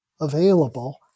available